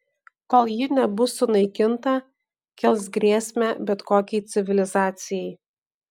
kol ji nebus sunaikinta kels grėsmę bet kokiai civilizacijai